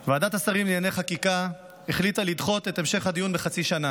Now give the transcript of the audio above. ועדת השרים לענייני חקיקה החליטה לדחות את המשך הדיון בחצי שנה.